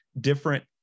different